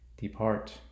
Depart